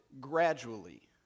gradually